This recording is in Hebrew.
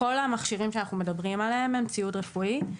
כל המכשירים שאנחנו מדברים עליהם הם ציוד רפואי.